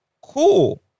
cool